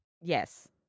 Yes